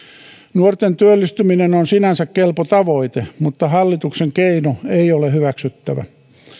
nuorten työllistyminen on sinänsä kelpo tavoite mutta hallituksen keino ei ole hyväksyttävä